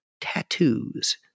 tattoos